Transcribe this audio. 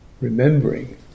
remembering